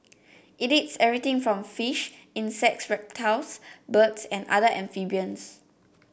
it eats everything from fish insects reptiles birds and other amphibians